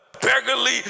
beggarly